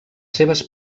seves